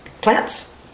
plants